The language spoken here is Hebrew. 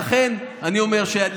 לכן אני אומר,